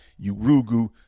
Urugu